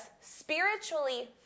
spiritually